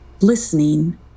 listening